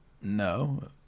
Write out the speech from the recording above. No